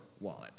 wallet